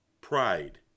Pride